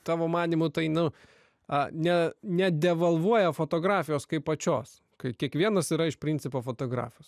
tavo manymu tai nu a ne nedevalvuoja fotografijos kaip pačios kai kiekvienas yra iš principo fotografas